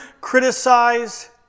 criticize